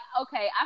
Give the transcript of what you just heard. okay